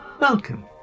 Welcome